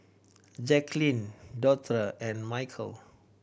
Jacklyn Dorthea and Michel